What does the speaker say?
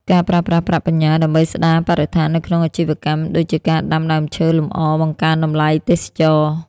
ការប្រើប្រាស់ប្រាក់បញ្ញើដើម្បី "ស្ដារបរិស្ថាន" នៅក្នុងអាជីវកម្ម ដូចជាការដាំដើមឈើលម្អ បង្កើនតម្លៃទេសចរណ៍។